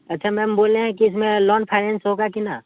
अच्छा मेम बोले हैं कि इसमें लोन फ़ाइनेंस होगा कि ना